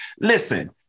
listen